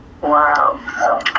Wow